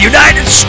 United